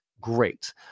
Great